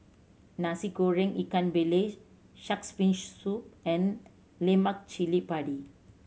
Nasi Goreng ikan bilis Shark's Fin Soup and lemak cili padi